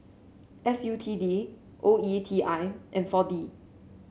S U T D O E T I and four D